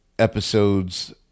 Episodes